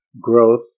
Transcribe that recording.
growth